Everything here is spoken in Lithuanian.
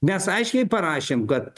mes aiškiai parašėm kad